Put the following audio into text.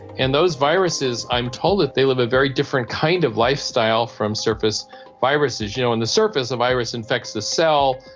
and those viruses, i'm told that they live a very different kind of lifestyle from surface viruses. you know, on the surface a virus infects a cell,